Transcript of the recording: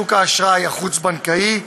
שוק האשראי החוץ-בנקאי,